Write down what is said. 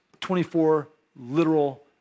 24-literal